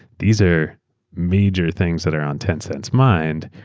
these are major things that are on tencent's mind.